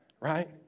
Right